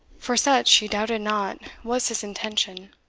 for such, she doubted not, was his intention.